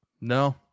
no